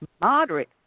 moderate